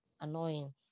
annoying